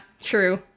true